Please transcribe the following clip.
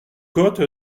côte